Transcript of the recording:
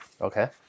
Okay